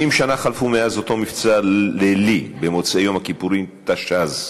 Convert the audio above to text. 70 שנה חלפו מאז אותו מבצע לילי במוצאי יום-הכיפורים תש"ז,